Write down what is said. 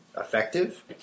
effective